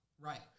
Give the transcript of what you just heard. Right